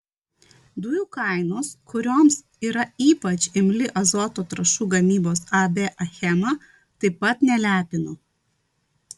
dujų kainos kurioms yra ypač imli azoto trąšų gamybos ab achema taip pat nelepino